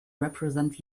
represent